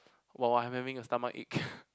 while I'm having a stomachache